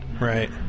right